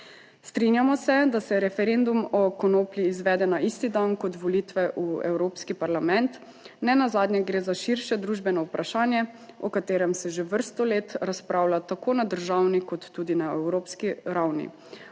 Strinjamo se, da se referendum o konoplji izvede na isti dan kot volitve v Evropski parlament. Nenazadnje gre za širše družbeno vprašanje, o katerem se že vrsto let razpravlja tako na državni kot tudi na evropski ravni.